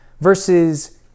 versus